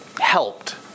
helped